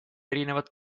erinevad